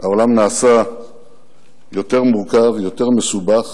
העולם נעשה יותר מורכב, יותר מסובך,